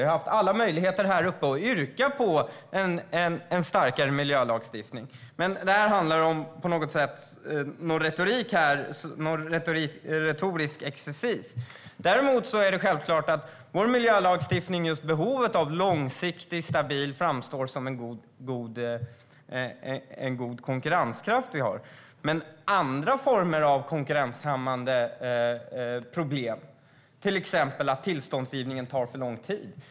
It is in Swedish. Han har haft alla möjligheter att här yrka på en starkare miljölagstiftning. Men detta handlar på något sätt om någon retorisk exercis. Däremot är det självklart att vårt behov av en långsiktig och stabil miljölagstiftning framstår som bra för vår konkurrenskraft. Men det finns andra former av konkurrenshämmande problem, till exempel att tillståndsgivningen tar för lång tid.